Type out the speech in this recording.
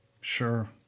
Sure